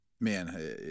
Man